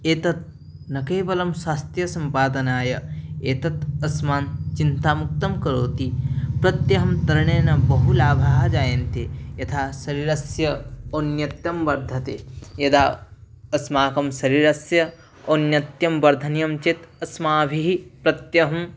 एतत् न केवलम् स्वास्थ्यसम्पादनाय एतत् अस्मान् चिन्तामुक्तं करोति प्रत्यहं तरणेन बहु लाभः जायन्ते यथा शरीरस्य औन्नत्यं वर्धते यदा अस्माकं शरीरस्य औन्नत्यम् वर्धनीयं चेत् अस्माभिः प्रत्यहम्